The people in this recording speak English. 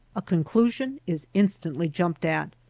a conclusion is instantly jumped at,